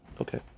okay